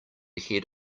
head